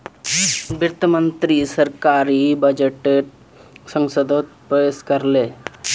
वित्त मंत्री सरकारी बजटोक संसदोत पेश कर ले